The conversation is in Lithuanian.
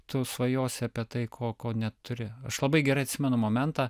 tu svajosi apie tai ko ko neturi aš labai gerai atsimenu momentą